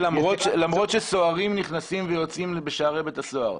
למרות שסוהרים נכנסים ויוצאים בשערי בית-הסוהר.